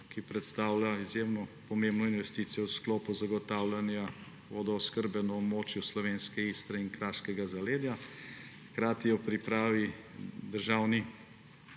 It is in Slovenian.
ki predstavlja izjemno pomembno investicijo v sklopu zagotavljanja vodooskrbe na območju slovenske Istre in kraškega zaledja. Hkrati je v pripravi državni